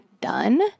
done